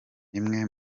imwe